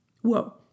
Whoa